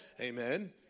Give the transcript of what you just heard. amen